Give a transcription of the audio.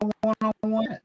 one-on-one